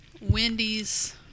Wendy's